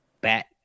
Bat